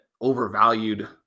overvalued